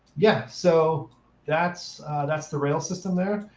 yeah, so that's that's the rail system there.